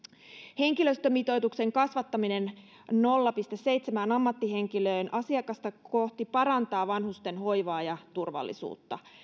henkilöstömitoituksen kasvattaminen nolla pilkku seitsemään ammattihenkilöön asiakasta kohti parantaa vanhusten hoivaa ja turvallisuutta